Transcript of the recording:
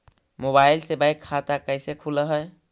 Mobile से bank खाता कैसे खुल है?